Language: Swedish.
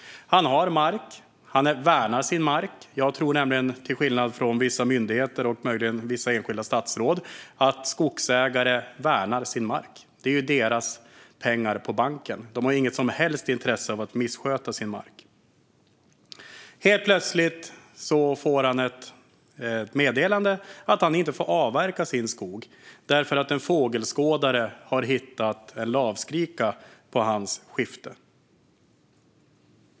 Han har mark, och han värnar den. Jag tror nämligen, till skillnad från vissa myndigheter och möjligen vissa enskilda statsråd, att skogsägare värnar sin mark. Det är ju deras pengar på banken, och de har inget som helst intresse av att misskötta sin mark. Helt plötsligt fick småföretagaren ett meddelande att han inte får avverka sin skog därför att en fågelskådare hittat en lavskrika på hans skifte.